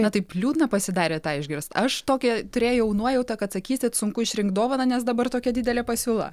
na taip liūdna pasidarė tą išgirst aš tokią turėjau nuojautą kad sakysit sunku išrinkt dovaną nes dabar tokia didelė pasiūla